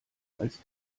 als